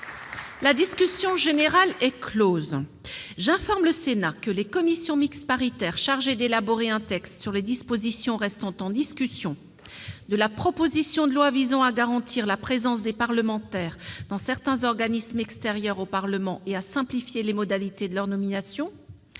La discussion générale est close. J'informe le Sénat que les commissions mixtes paritaires chargées d'élaborer un texte sur les dispositions restant en discussion de la proposition de loi visant à garantir la présence des parlementaires dans certains organismes extérieurs au Parlement et à simplifier les modalités de leur nomination